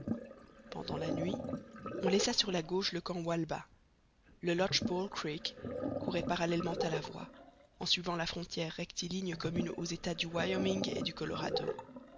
pendant la nuit on laissa sur la gauche le camp walbah le lodge pole creek courait parallèlement à la voie en suivant la frontière rectiligne commune aux états du wyoming et du colorado